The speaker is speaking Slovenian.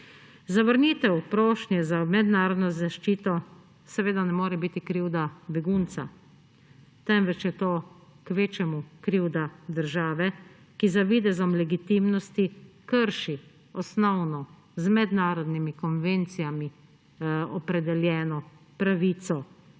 Zavrnitev prošnje za mednarodno zaščito seveda ne more biti krivda begunca, temveč je to kvečjemu krivda države, ki za videzom legitimnosti krši osnovno, z mednarodnimi konvencijami opredeljeno pravico